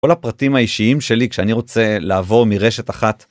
כל הפרטים האישיים שלי, כשאני רוצה לעבור מרשת אחת.